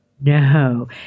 No